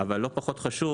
אבל לא פחות חשוב,